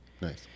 Nice